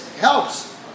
helps